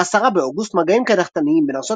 ב־10 באוגוסט מגעים קדחתניים בין ארצות